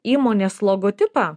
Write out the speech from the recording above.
įmonės logotipą